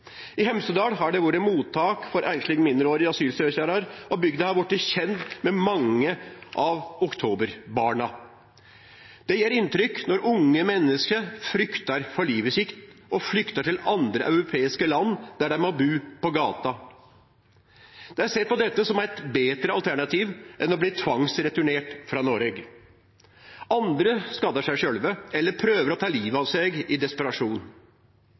I Hemsedal har det vore mottak for einslege mindreårige asylsøkjarar, og bygda har vorte kjend med mange av «oktoberbarna». Det gjer inntrykk når unge menneske fryktar for livet sitt og flyktar til andre europeiske land der dei må bu på gata. Dei ser på dette som eit betre alternativ enn å bli tvangsreturnerte frå Noreg. Andre skadar seg sjølv eller prøver å ta livet av seg i desperasjon.